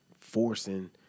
forcing